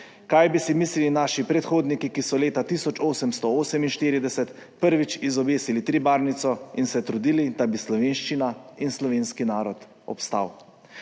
Kaj bi si mislili naši predhodniki, ki so leta 1848 prvič izobesili tribarvnico in se trudili, da bi obstala slovenščina in slovenski narod? Zaradi